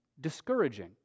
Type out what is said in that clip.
discouraging